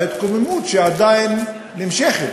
וההתקוממות שעדיין נמשכת